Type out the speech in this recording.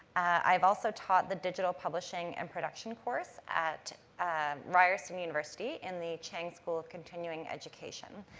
i've also taught the digital publishing and production course at ryerson university in the chang school of continuing education.